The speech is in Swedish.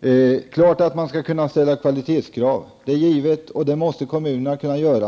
Det är klart att man skall kunna ställa kvalitetskrav. Det är givet. Det måste kommunerna kunna göra.